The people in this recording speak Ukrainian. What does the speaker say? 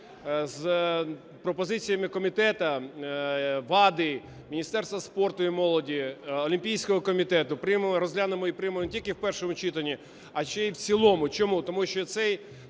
з пропозиціями комітету, ВАДА, Міністерства спорту і молоді, Олімпійського комітету розглянемо і приймемо не тільки в першому читанні, а ще й в цілому. Чому? Тому що цей